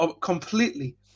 completely